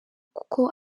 kuko